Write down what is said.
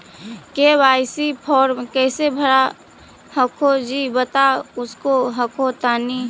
KYC फॉर्मा कैसे भरा हको जी बता उसको हको तानी?